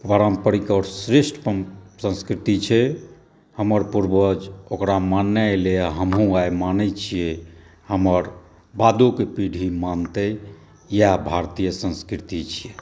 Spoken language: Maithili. बहुत पारम्परिक और श्रेष्ठ संस्कृति छै हमर पूर्वज ओकरा मानने एलैया हमहू ओकरा मानै छियै हमर बादोके पीढ़ी मानतै याह भारतीय संस्कृति छियै